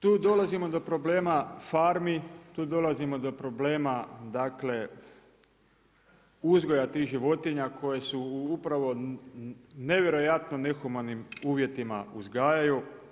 Tu dolazimo do problema farmi, tu dolazimo do problema dakle uzgoja tih životinja koje se u upravo nevjerojatno u nehumanim uvjetima uzgajaju.